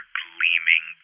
gleaming